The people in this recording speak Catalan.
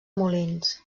molins